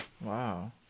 Wow